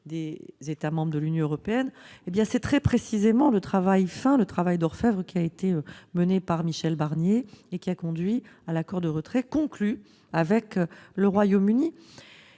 des États membres de l'Union européenne ? C'est précisément tout l'objet du travail d'orfèvre mené par Michel Barnier, qui a conduit à l'accord de retrait conclu avec le Royaume-Uni.